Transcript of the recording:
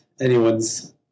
anyone's